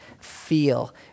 feel